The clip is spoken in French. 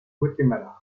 guatemala